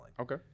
Okay